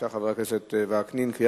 לפיכך, אני קובע שהצעת חוק זו אושרה בקריאה